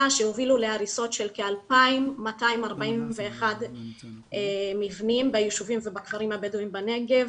שהובילו להריסות של כ-2,241 מבנים בישובים ובכפרים הבדואים בנגב.